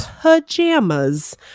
Pajamas